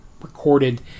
recorded